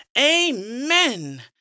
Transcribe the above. Amen